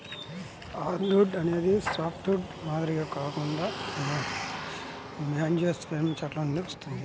hardwood అనేది softwood మాదిరిగా కాకుండా యాంజియోస్పెర్మ్ చెట్ల నుండి వస్తుంది